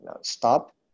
stop